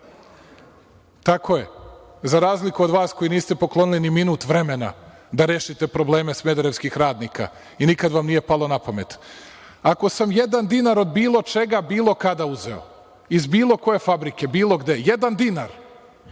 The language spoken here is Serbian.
fabrici, za razliku od vas koji niste poklonili ni minut vremena da rešite probleme smederevskih radnika i nikada vam nije palo na pamet. Ako sam jedan dinar od bilo čega bilo kada uzeo, iz bilo koje fabrike, bilo gde, jedan dinar,